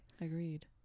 Agreed